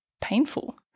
painful